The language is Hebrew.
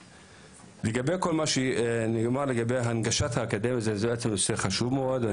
לגבי הנגשת האקדמיה, זה נושא חשוב מאוד.